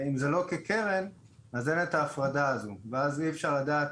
כקרן אז אין את ההפרדה הזו ואז אי אפשר לדעת